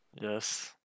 Yes